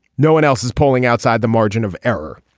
no one else is polling outside the margin of error.